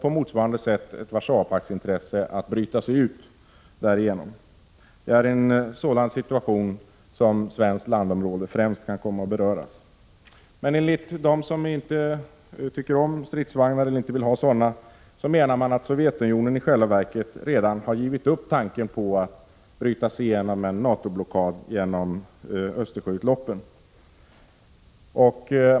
På motsvarande sätt finns det ett Warszawapaktsintresse av att kunna bryta sig ut genom Östersjöutloppen. Det är i en sådan situation som svenskt landområde främst kan komma att beröras. Enligt dem som inte vill att vi skall ha stridsvagnar har Sovjetunionen redan gett upp tanken på att bryta sig igenom en NATO-blockad av Östersjöutloppen.